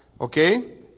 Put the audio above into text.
okay